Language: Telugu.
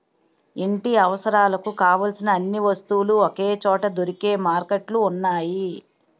ఇంటి అవసరాలకు కావలసిన అన్ని వస్తువులు ఒకే చోట దొరికే మార్కెట్లు ఉన్నాయి